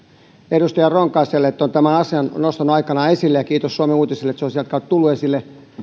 edustaja ronkaiselle että on tämän asian nostanut aikanaan esille ja kiitos suomen uutisille että se on sitä kautta tullut esille